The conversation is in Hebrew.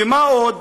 ומה עוד?